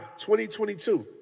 2022